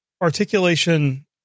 articulation